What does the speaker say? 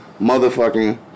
motherfucking